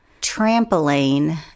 trampoline